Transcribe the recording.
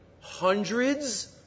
hundreds